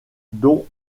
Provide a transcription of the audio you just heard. donc